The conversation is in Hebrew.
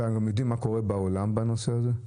אתם יודעים מה קורה בעולם בנושא הזה?